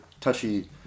touchy